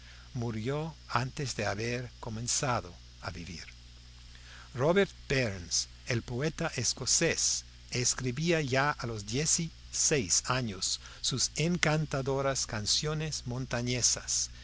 murió antes de haber comenzado a vivir robert burns el poeta escocés escribía ya a los dieciséis años sus encantadoras canciones montañesas